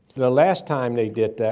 the last time they did,